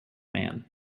man